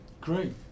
Great